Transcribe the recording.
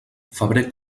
febrer